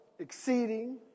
exceeding